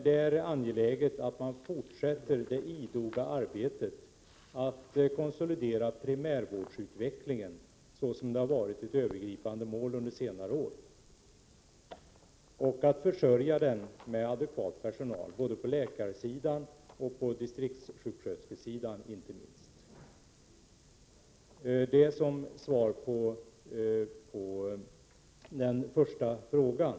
Det är angeläget att fortsätta det idoga arbetet att konsolidera primärvårdens utveckling, vilket har varit ett övergripande mål under senare år, och försörja den med adekvat personal, både på läkarsidan och inte minst på distriktssjuksköterskesidan. Detta får gälla som svar på den första frågan.